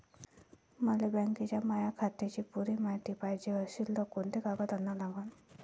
मले बँकेच्या माया खात्याची पुरी मायती पायजे अशील तर कुंते कागद अन लागन?